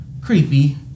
creepy